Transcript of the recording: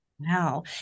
wow